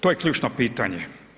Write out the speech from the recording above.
To je ključno pitanje.